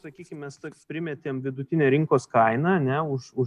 sakykim mes taip primetėm vidutinę rinkos kainą ane už už